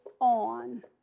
on